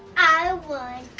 i won.